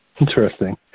Interesting